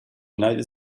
united